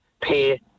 pay